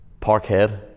Parkhead